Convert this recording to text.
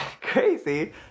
crazy